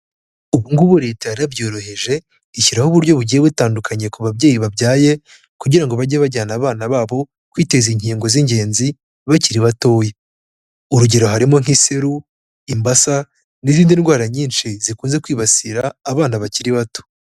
Ubu ngubu Leta yarabyoroheje ishyiraho uburyo bugiye butandukanye ku babyeyi babyaye kugira ngo bajye bajyana abana babo kwiteza inkingo z'ingenzi bakiri batoya, urugero harimo nk'Iseru, Imbasa n'izindi ndwara nyinshi zikunze kwibasira abana bakiri bato.